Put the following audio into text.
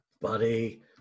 Buddy